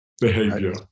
behavior